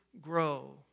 grow